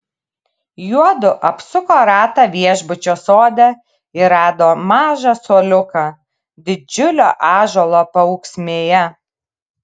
juodu apsuko ratą viešbučio sode ir rado mažą suoliuką didžiulio ąžuolo paūksmėje